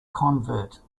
convert